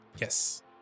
Yes